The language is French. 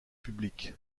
public